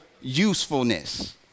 usefulness